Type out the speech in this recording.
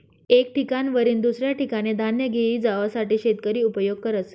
एक ठिकाणवरीन दुसऱ्या ठिकाने धान्य घेई जावासाठे शेतकरी उपयोग करस